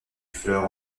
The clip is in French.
fleurs